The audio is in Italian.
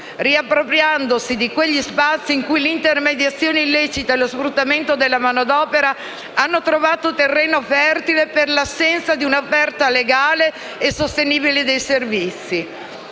riappropriandosi di quegli spazi in cui l'intermediazione illecita e lo sfruttamento della manodopera hanno trovato terreno fertile per l'assenza di un'offerta legale e sostenibile di servizi.